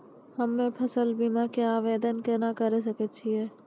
हम्मे फसल बीमा के आवदेन केना करे सकय छियै?